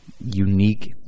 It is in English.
unique